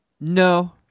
No